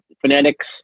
phonetics